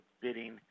bidding